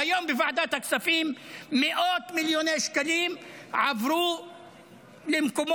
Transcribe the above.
והיום בוועדת הכספים מאות מיליוני שקלים עברו למקומות